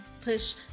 Push